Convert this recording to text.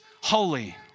holy